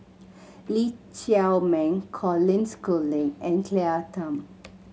Lee Chiaw Meng Colin Schooling and Claire Tham